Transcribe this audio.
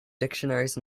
dictionaries